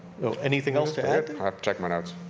anything else to add? i have to check my notes.